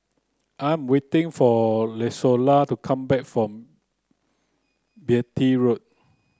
I'm waiting for Izola to come back from Beatty Road